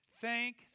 thank